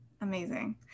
amazing